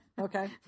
Okay